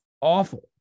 Awful